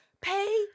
pay